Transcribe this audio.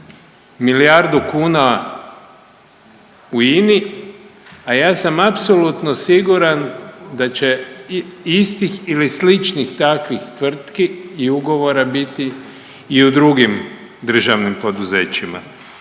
milijardu kuna u INA-i, a ja sam apsolutno siguran da će istih ili sličnih takvih tvrtki i ugovora biti i u drugim državnim poduzećima.